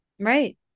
Right